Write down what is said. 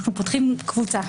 אנו פותחים קבוצה,